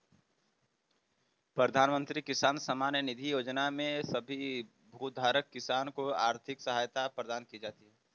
प्रधानमंत्री किसान सम्मान निधि योजना में सभी भूधारक किसान को आर्थिक सहायता प्रदान की जाती है